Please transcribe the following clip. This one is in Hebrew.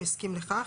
אם הסכים לכך,